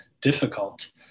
difficult